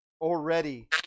already